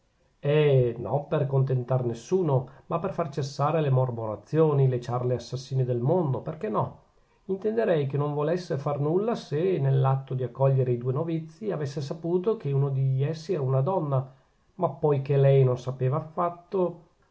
eh non per contentar nessuno ma per far cessare le mormorazioni le ciarle assassine del mondo perchè no intenderei che non volesse far nulla se nell'atto di accogliere i due novizi avesse saputo che uno di essi era una donna ma poichè lei non sapeva affatto